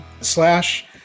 Slash